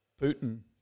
Putin